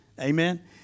Amen